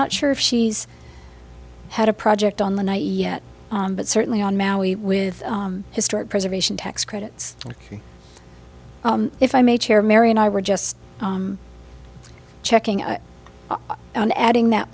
not sure if she's had a project on the night yet but certainly on maui with historic preservation tax credits if i may chair mary and i were just checking on adding that